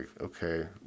okay